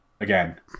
again